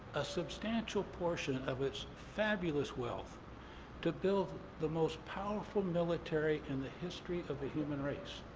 a substantial portion of its fabulous wealth to build the most powerful military in the history of the human race.